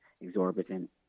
exorbitant